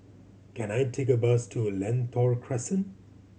can I take a bus to Lentor Crescent